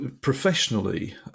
professionally